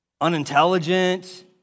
unintelligent